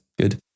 good